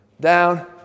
down